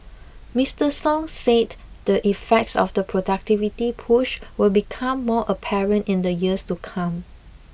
Mister Song said the effects of the productivity push will become more apparent in the years to come